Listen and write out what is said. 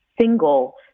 single